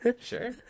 Sure